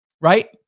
Right